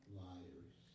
liars